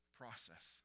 process